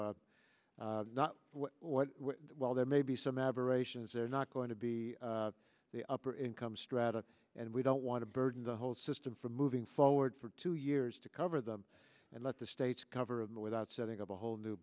what well there may be some aberrations they're not going to be the upper income strata and we don't want to burden the whole system from moving forward for two years to cover them and let the states cover them without setting up a whole new